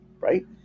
right